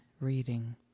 reading